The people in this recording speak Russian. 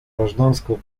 гражданского